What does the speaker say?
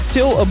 Till